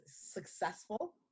successful